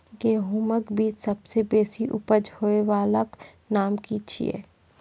गेहूँमक बीज सबसे बेसी उपज होय वालाक नाम की छियै?